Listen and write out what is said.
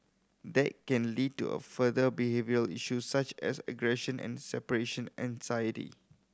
that can lead to a further behaviour issues such as aggression and separation anxiety